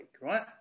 right